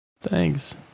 Thanks